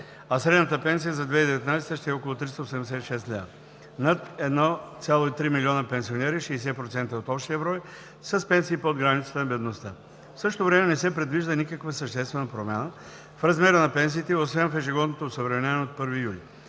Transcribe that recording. а средната пенсия за 2019 г. ще е около 386 лв. Над 1,3 млн. пенсионери (60% от общия брой) са с пенсии под границата на бедността. В същото време не се предвижда никаква съществена промяна в размера на пенсиите освен ежегодното осъвременяване от 1 юли.